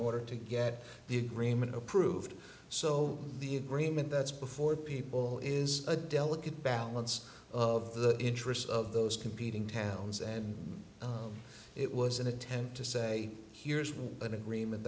order to get the agreement approved so the agreement that's before people is a delicate balance of the interests of those competing towns and it was an attempt to say here's an agreement